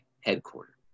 headquarters